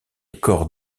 corps